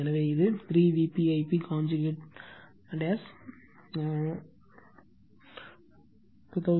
எனவே இது 3 Vp I p conjugate 2087 j 834